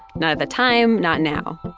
not at the time, not now.